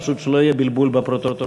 פשוט שלא יהיה בלבול בפרוטוקול.